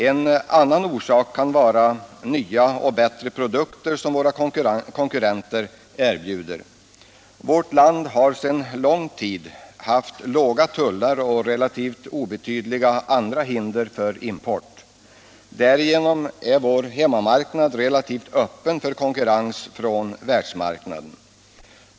En annan orsak kan vara att våra konkurrenter erbjuder nya och bättre produkter. Vårt land har sedan lång tid haft låga tullar och relativt obetydliga andra hinder för import. Därigenom är vår hemmamarknad relativt öppen för konkurrens från världsmarknaden.